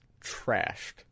trashed